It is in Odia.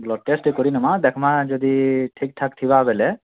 ବ୍ଲଡ଼୍ ଟେଷ୍ଟ୍ କରନେମା ଦେଖମା ଯଦି ଠିକଠାକ୍ ଥିବା ବୋଲେ